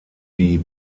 die